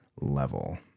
level